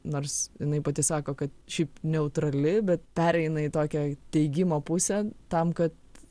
nors jinai pati sako kad šiaip neutrali bet pereina į tokią teigimo pusę tam kad